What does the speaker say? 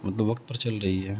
مطلب وقت پر چل رہی ہے